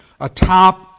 atop